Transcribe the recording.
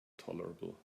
tolerable